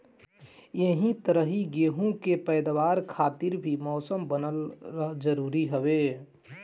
एही तरही गेंहू के पैदावार खातिर भी मौसम बनल जरुरी हवे